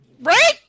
Right